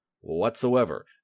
whatsoever